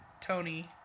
Tony